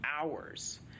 hours